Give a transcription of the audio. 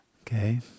Okay